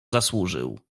zasłużył